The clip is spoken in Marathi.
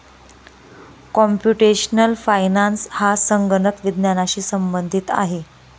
कॉम्प्युटेशनल फायनान्स हा संगणक विज्ञानाशी संबंधित आहे